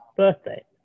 birthday